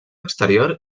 exterior